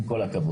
עם כל הכבוד.